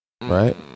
Right